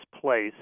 place